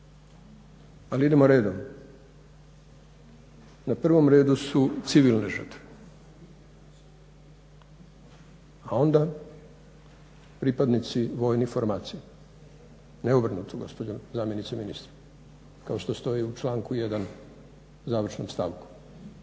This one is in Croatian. ali idemo redom. Na prvom redu su civilne žrtve, a onda pripadnici vojnih formacija, … gospođo zamjenice ministra, kao što stoji u članku 1. završnom stavku.